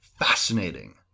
fascinating